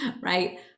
right